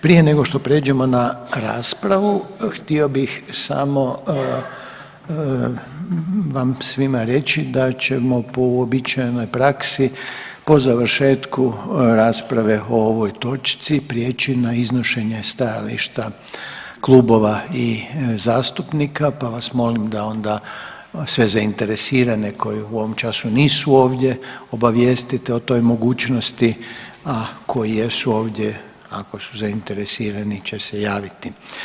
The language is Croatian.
Prije nego što pređemo na raspravu htio bih samo vam svima reći da ćemo po uobičajenoj praksi po završetku rasprave o ovoj točci prijeći na iznošenje stajališta klubova i zastupnika pa vas molim da onda sve zainteresirane koji u ovom času nisu ovdje obavijestite o toj mogućnosti, a koji jesu ovdje ako su zainteresirani će se javiti.